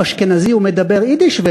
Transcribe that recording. אם הוא אשכנזי הוא מדבר יידיש,